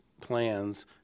plans